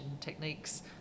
techniques